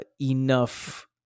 enough